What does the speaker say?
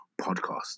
podcast